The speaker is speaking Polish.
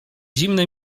zimne